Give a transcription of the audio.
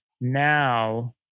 now